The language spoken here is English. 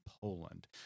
Poland